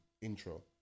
intro